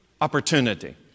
opportunity